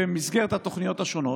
במסגרת התוכניות השונות.